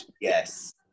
Yes